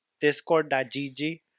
Discord.gg